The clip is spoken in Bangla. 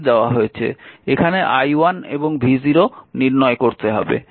এখানে i1 এবং v0 নির্ণয় করতে হবে